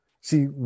See